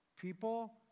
people